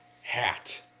Hat